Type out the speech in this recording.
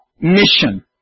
Mission